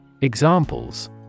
Examples